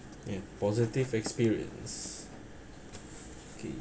okay positive experience okay